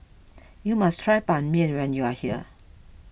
you must try Ban Mian when you are here